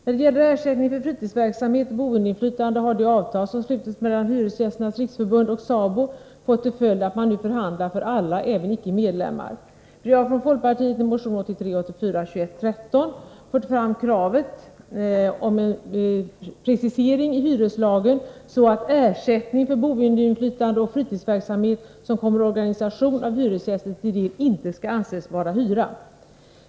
När det gäller ersättningen för fritidsverksamhet och boendeinflytande har de avtal som slutits mellan Hyresgästernas riksförbund och SABO fått till följd att man nu förhandlar för alla, även för icke medlemmar. Vi har från folkpartiet i motion 1983/84:2113 fört fram krav på en precisering av hyreslagen, så att ersättning för boendeinflytande och fritidsverksamhet som kommer organisation av hyresgäster till del inte skall anses vara hyra.